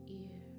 ear